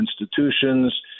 institutions